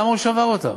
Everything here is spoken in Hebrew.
למה הוא שבר אותם?